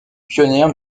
pionnière